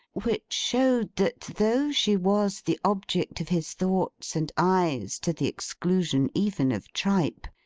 which showed that though she was the object of his thoughts and eyes, to the exclusion even of tripe,